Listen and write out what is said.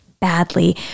badly